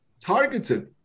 targeted